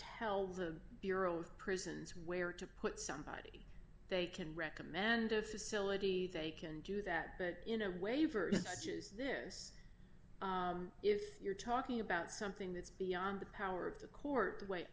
tell the bureau of prisons where to put somebody they can recommend a facility they can do that but in a waiver is this if you're talking about something that's beyond the power of the court the